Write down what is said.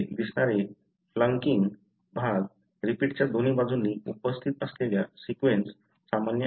इथे दिसणारे फ्लॅंकिंग भाग रिपीटच्या दोन्ही बाजूंनी उपस्थित असलेला सीक्वेन्स सामान्य असेल